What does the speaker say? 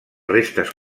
restes